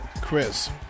Chris